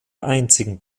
einzigen